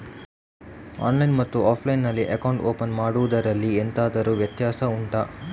online ಮತ್ತು offline ನಲ್ಲಿ account open ಮಾಡುವುದರಲ್ಲಿ ಎಂತಾದರು ವ್ಯತ್ಯಾಸ ಉಂಟಾ